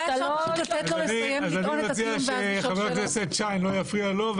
אני מציע שחבר הכנסת שיין לא יפריע לו,